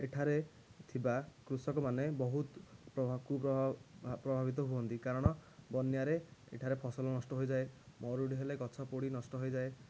ଏଠାରେ ଥିବା କୃଷକ ମାନେ ବହୁତ ପ୍ରଭାବିତ ପ୍ରଭାବିତ ହୁଅନ୍ତି କାରଣ ବନ୍ୟାରେ ଏଠାରେ ଫସଲ ନଷ୍ଟ ହୋଇଯାଏ ମରୁଡ଼ି ହେଲେ ଗଛ ପୋଡ଼ି ନଷ୍ଟ ହୋଇଯାଏ